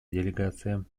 делегациям